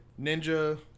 Ninja